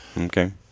Okay